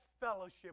fellowship